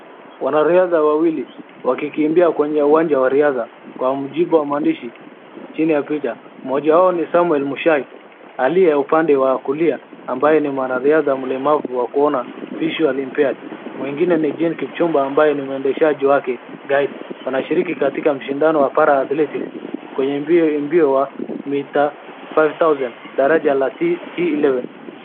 Wanariadha wawili wakikimbia kwenye uwanja wa riadha, kwa mujibu wa mwandishi chini ya picha. Mmoja wao ni Samuel Mushai, aliye upande wa kulia, ambaye ni mwanariadha mlemavu wa kuona ( visually impaired ). Mwingine ni Jane Kipchumba ambaye ni mwendeshaji wake ( guide ). Wanashiriki katika mshindano wa para-athletics kwenye mbio wa mita five thousand , daraja la T-eleven .